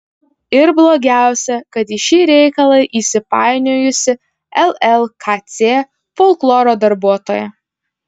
ir blogiausia kad į šį reikalą įsipainiojusi llkc folkloro darbuotoja